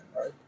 right